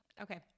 Okay